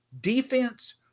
Defense